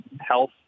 health